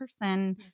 person